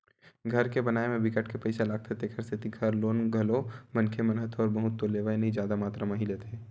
घर के बनाए म बिकट के पइसा लागथे तेखर सेती घर लोन घलो मनखे मन ह थोर बहुत तो लेवय नइ जादा मातरा म ही लेथे